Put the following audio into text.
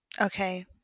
Okay